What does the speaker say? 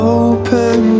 open